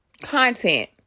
content